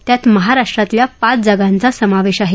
त्यात महाराष्ट्रातल्या पाच जागांचा समावेश आहे